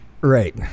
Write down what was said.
Right